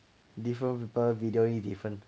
different people video-ing different